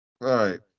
right